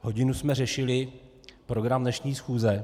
Hodinu jsme řešili program dnešní schůze.